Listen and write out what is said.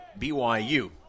BYU